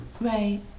Right